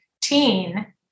teen